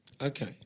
Okay